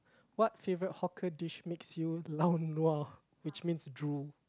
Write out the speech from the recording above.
what favourite hawker dish makes you lao nua which means drool